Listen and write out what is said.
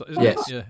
Yes